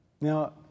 Now